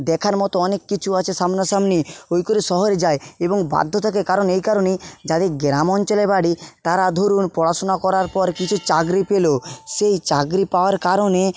দেখার মতো অনেক কিছু আছে সামনাসামনি ওই করে শহরে যায় এবং বাধ্য থাকে কারণ এই কারণেই যাদের গ্রাম অঞ্চলে বাড়ি তারা ধরুন পড়াশোনা করার পর কিছু চাকরি পেল সেই চাকরি পাওয়ার কারণে